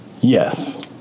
Yes